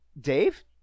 Dave